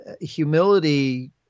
humility